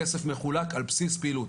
הכסף מחולק על בסיס פעילות.